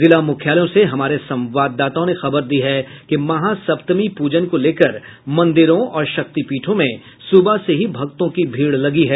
जिला मुख्यालयों से हमारे संवाददाताओं ने खबर दी है कि महासप्तमी पूजन को लेकर मंदिरों और शक्तिपीठों में सुबह से ही भक्तों की भीड़ लगी है